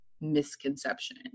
misconception